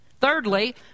Thirdly